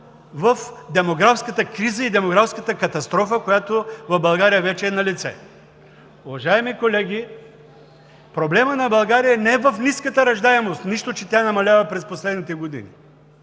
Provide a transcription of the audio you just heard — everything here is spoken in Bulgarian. в демографската криза и демографската катастрофа, която вече е налице в България. Уважаеми колеги, проблемът на България не е в ниската раждаемост – нищо, че тя намалява през последните години.